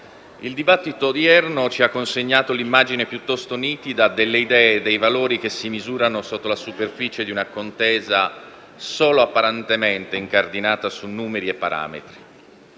il dibattito odierno ci ha consegnato l'immagine piuttosto nitida delle idee e dei valori che si misurano sotto la superficie di una contesa solo apparentemente incardinata su numeri e parametri.